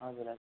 हजुर हजुर